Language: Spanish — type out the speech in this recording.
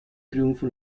triunfo